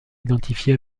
identifié